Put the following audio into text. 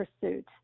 pursuit